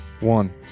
One